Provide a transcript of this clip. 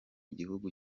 gihugu